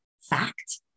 fact